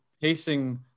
pacing